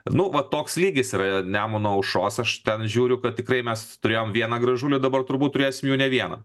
nu va toks lygis yra nemuno aušros aš ten žiūriu kad tikrai mes turėjome vieną gražulį dabar turbūt turėsim jų ne vieną